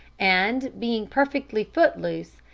and being perfectly foot-loose,